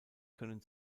können